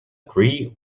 tree